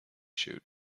shoot